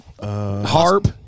Harp